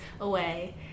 away